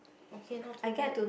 okay not too bad